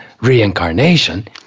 reincarnation